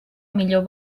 millor